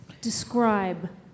describe